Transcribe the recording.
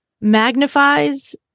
magnifies